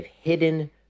hidden